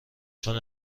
چون